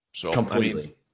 Completely